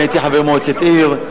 הייתי חבר מועצת עיר,